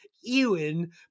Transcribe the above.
Ewan